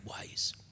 ways